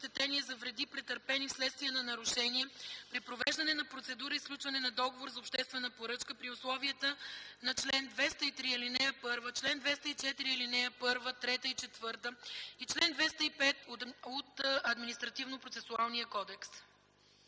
за вреди, претърпени вследствие на нарушения при провеждане на процедура и сключване на договор за обществена поръчка при условията на чл. 203, ал. 1, чл. 204, ал. 1, 3 и 4 и чл. 205 от Административнопроцесуалния кодекс.”